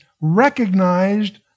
recognized